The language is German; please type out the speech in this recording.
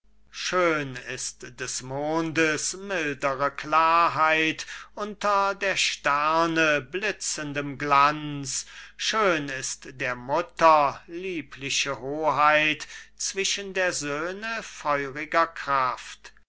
schön ist des mondes mildere klarheit unter der sterne blitzendem glanz schön ist der mutter liebliche hoheit zwischen der söhne feuriger kraft